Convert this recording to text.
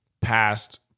past